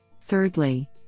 Thirdly